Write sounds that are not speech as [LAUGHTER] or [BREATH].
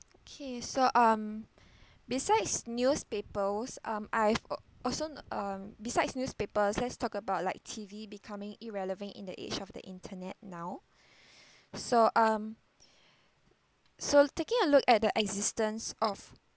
okay so um [BREATH] besides newspapers um I've uh also um besides newspapers let's talk about like T_V becoming irrelevant in the age of the internet now [BREATH] so um so taking a look at the existence of